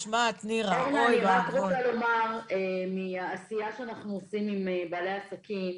אני רק רוצה לומר מהעשייה שאנחנו עושים עם בעלי עסקים,